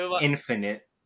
infinite